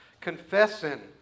confessing